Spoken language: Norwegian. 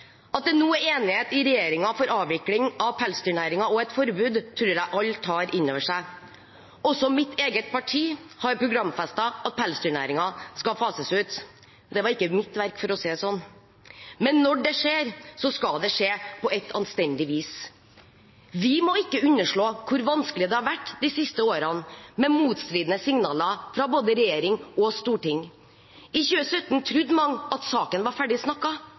At det nå er enighet i regjeringen om avvikling av pelsdyrnæringen og et forbud, tror jeg alle tar inn over seg. Også mitt eget parti har programfestet at pelsdyrnæringen skal fases ut – det var ikke mitt verk, for å si det sånn. Men når det skjer, skal det skje på anstendig vis. Vi må ikke underslå hvor vanskelig det har vært de siste årene, med motstridende signaler fra både regjering og storting. I 2017 trodde mange at saken var ferdig